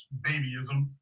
babyism